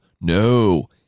No